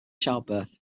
childbirth